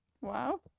Wow